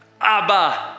Abba